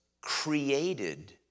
created